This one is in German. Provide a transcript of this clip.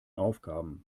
aufgaben